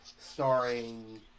Starring